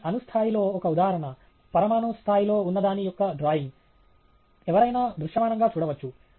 ఇది అణు స్థాయిలో ఒక ఉదాహరణ పరమాణు స్థాయిలో ఉన్నదాని యొక్క డ్రాయింగ్ ఎవరైనా దృశ్యమానంగా చూడవచ్చు